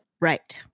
Right